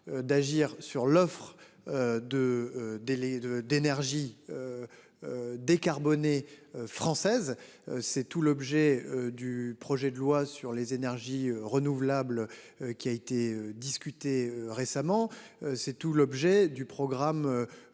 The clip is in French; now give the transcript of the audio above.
délais de d'énergies. Décarbonnées française. C'est tout l'objet du projet de loi sur les énergies renouvelables. Qui a été discuté récemment. C'est tout l'objet du programme.